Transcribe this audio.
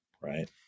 Right